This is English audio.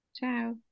ciao